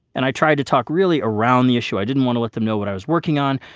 and i tried to talk really around the issue. i didn't want to let them know what i was working on,